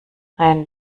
ein